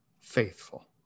faithful